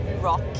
rock